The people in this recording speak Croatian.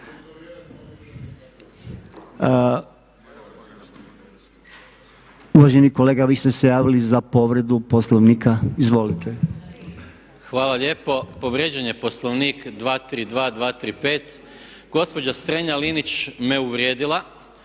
Uvaženi kolega vi ste se javili za povredu Poslovnika? Izvolite. **Maras, Gordan (SDP)** Hvala lijepo. Povrijeđen je Poslovnik 232., 235., gospođa Strenja Linić me uvrijedila